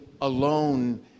alone